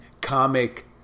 comic